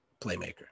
playmaker